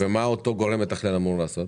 מה אותו גורם מתכלל אמור לעשות?